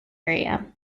area